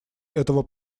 этого